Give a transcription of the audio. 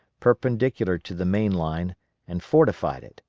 perpendicular to the main line and fortified it,